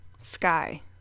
Sky